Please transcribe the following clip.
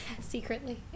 secretly